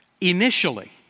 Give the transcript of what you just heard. initially